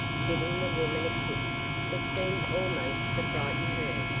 giving the woman a kiss that seemed almost to frighten her.